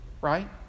right